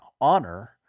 honor